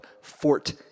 Fort